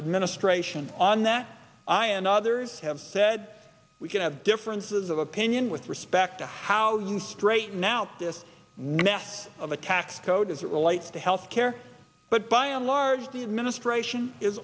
administration on that i and others have said we can have differences of opinion with respect to how you straighten out this mess of the tax code as it relates to health care but by and large the administration is